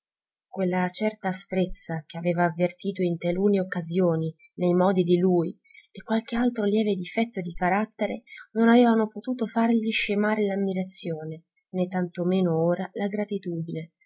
quella certa asprezza che aveva avvertito in talune occasioni nei modi di lui e qualche altro lieve difetto di carattere non avevano potuto fargli scemare l'ammirazione né tanto meno ora la gratitudine